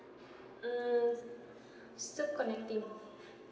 mm stop connecting